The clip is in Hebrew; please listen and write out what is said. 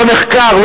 לא נחקר,